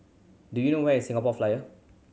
do you know where is Singapore Flyer